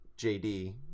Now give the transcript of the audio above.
JD